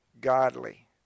godly